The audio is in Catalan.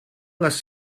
les